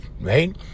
right